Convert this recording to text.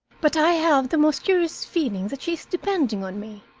but i have the most curious feeling that she is depending on me.